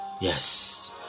yes